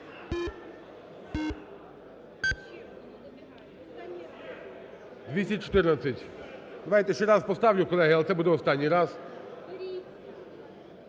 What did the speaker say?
За-214 Давайте ще раз поставлю, колеги. Але це буде останній раз.